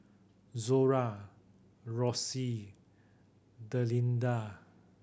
Zora Rossie Delinda